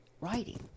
writing